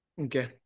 Okay